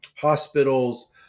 hospitals